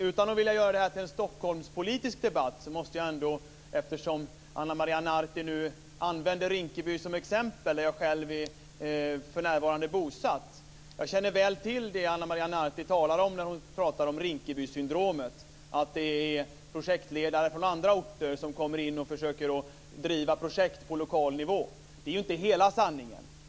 Utan att vilja göra det här till en Stockholmspolitisk debatt måste jag ändå säga följande, eftersom Ana Maria Narti nu använder Rinkeby som exempel, där jag själv för närvarande är bosatt. Jag känner väl till det Ana Maria Narti talar om när hon talar om Rinkebysyndromet, dvs. att det är projektledare från andra orter som kommer in och försöker att driva projekt på lokal nivå. Det är inte hela sanningen.